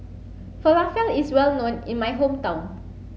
Falafel is well known in my hometown